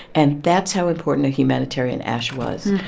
and that's how important a humanitarian ashe was.